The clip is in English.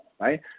right